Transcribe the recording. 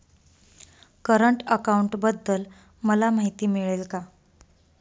Current अकाउंटबद्दल मला माहिती मिळेल का?